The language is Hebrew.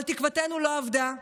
אבל תקוותנו לא אבדה.